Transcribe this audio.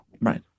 right